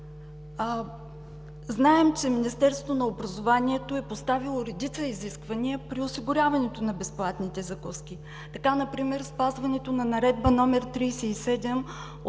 Знаем, че Министерството на образованието е поставило редица изисквания при осигуряването на безплатните закуски – например спазването на Наредба № 37